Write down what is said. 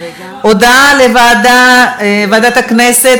הודעה לוועדת הכנסת,